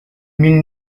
mille